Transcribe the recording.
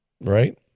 right